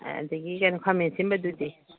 ꯑꯗꯒꯤ ꯈꯥꯃꯦꯟ ꯑꯁꯤꯟꯕꯗꯨꯗꯤ